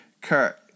Kurt